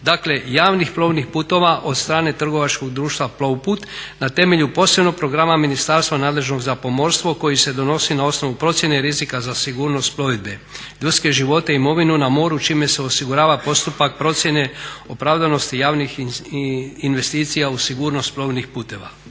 dakle, javnih plovnih puteva od strane trgovačkog društva Plovput na temelju posebnog programa ministarstva nadležnog za pomorstvo koji se donosi na osnovu procjene rizika za sigurnost plovidbe, ljudske živote i imovinu na moru čime se osigurava postupak procjene opravdanosti javnih investicija u sigurnost plovnih puteva.